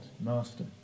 master